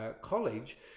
college